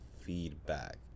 feedback